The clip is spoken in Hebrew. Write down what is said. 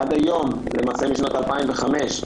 עד היום, משנת 2005,